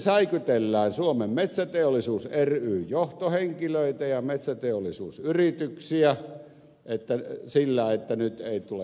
sitten säikytellään suomen metsäteollisuus ryn johtohenkilöitä ja metsäteollisuusyrityksiä sillä että nyt ei tule puita markkinoille